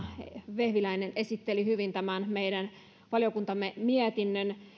vehviläinen esitteli hyvin tämän meidän valiokuntamme mietinnön